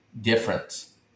difference